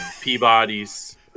Peabody's